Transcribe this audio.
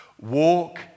Walk